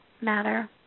matter